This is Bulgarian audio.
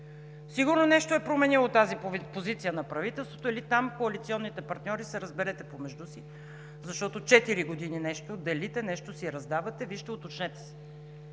Сигурно нещо е променило тази позиция на правителството или коалиционните партньори, там се разберете по между си, защото четири години нещо делите, нещо си раздавате. Вижте, уточнете се!